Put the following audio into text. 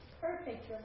perfect